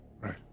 right